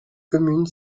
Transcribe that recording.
commune